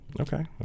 Okay